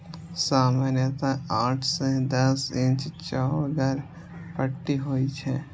सामान्यतः आठ सं दस इंच चौड़गर पट्टी होइ छै